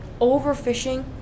overfishing